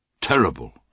terrible